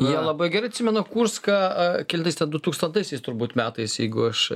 jie labai gerai atsimena kurską kelintais ten dutūkstantaisiais turbūt metais jeigu aš